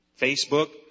Facebook